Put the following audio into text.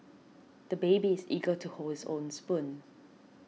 the baby is eager to hold his own spoon